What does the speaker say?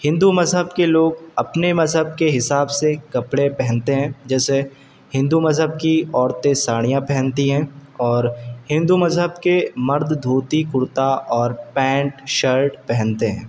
ہندو مذہب کے لوگ اپنے مذہب کے حساب سے کپڑے پہنتے ہیں جیسے ہندو مذہب کی عورتیں ساڑیاں پہنتی ہیں اور ہندو مذہب کے مرد دھوتی کرتا اور پینٹ شرٹ پہنتے ہیں